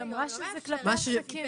היא אמרה שזה כלפי עסקים.